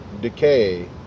decay